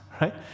right